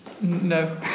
No